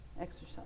Exercise